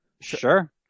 Sure